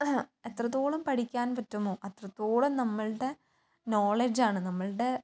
എത്രത്തോളം പഠിക്കാൻ പറ്റുമോ അത്രത്തോളം നമ്മളുടെ നോളജാണ് നമ്മളുടെ